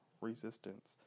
resistance